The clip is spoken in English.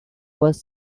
was